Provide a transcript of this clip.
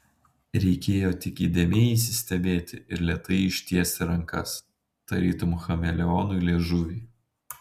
reikėjo tik įdėmiai įsistebėti ir lėtai ištiesti rankas tarytum chameleonui liežuvį